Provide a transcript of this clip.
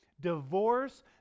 divorce